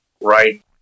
right